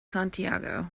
santiago